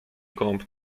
gołąb